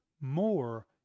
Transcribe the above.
more